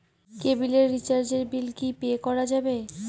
কেবিলের রিচার্জের বিল কি পে করা যাবে?